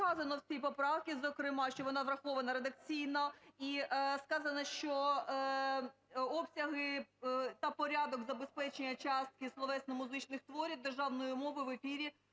сказано, в цій поправці зокрема, що вона врахована редакційно і сказано, що обсяги та порядок забезпечення частки словесно-музичних творів державною мовою в ефірі